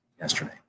yesterday